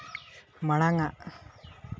ᱢᱟᱲᱟᱝᱼᱟᱜ